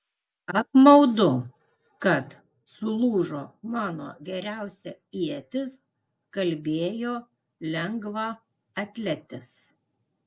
apmaudu kad sulūžo mano geriausia ietis kalbėjo lengvaatletis